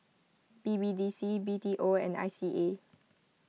B B D C B T O and I C A